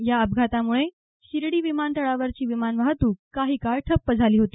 या अपघातामुळे शिर्डी विमानतळावरची विमान वाहतुक काही काळ ठप्प झाली होती